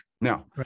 Now